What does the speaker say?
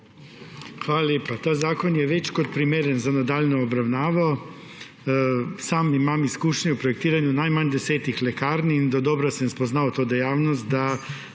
Hvala lepa. Ta zakon je več kot primeren za nadaljnjo obravnavo. Sam imam izkušnje v projektiranju najmanj 10 lekarn in dovolj dobro sem spoznal to dejavnost, da